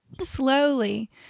slowly